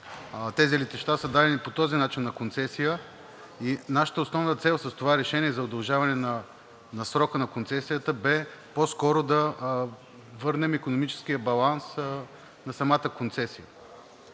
тези летища са дадени по този начин на концесия и нашата основна цел с това решение за удължаване на срока на концесията бе по-скоро да върнем икономическия баланс на самата концесия.